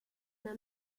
una